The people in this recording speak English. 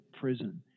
prison